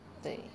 对